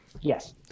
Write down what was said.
Yes